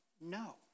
no